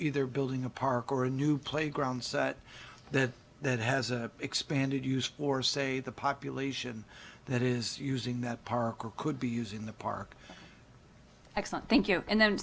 either building a park or a new playground so that that has a expanded use for say the population that is using that park or could be using the park excellent thank you and